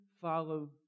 follow